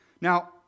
Now